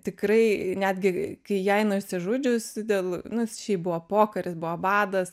tikrai netgi kai jai nusižudžius dėl nu šiaip buvo pokaris buvo badas